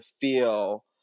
feel